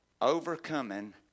overcoming